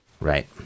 Right